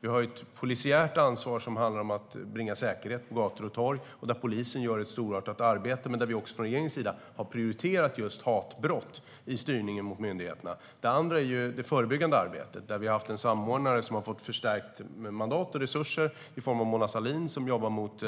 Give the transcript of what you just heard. Vi har ett polisiärt ansvar som handlar om att bringa säkerhet på gator och torg, där polisen gör ett storartat arbete men där vi också från regeringens sida har prioriterat just hatbrott i styrningen mot myndigheterna. Det andra är det förebyggande arbetet. Där har vi haft en samordnare som har fått förstärkt mandat och resurser, Mona Sahlin, som jobbar mot